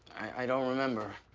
i don't remember.